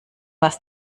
was